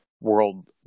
world